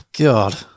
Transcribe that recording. God